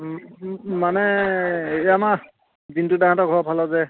মানে হেৰি আমাৰ জিন্টু দাৰহঁতৰ ঘৰৰ ফালে যে